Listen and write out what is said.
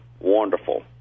wonderful